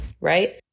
right